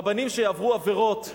רבנים שיעברו עבירות,